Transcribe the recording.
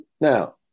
Now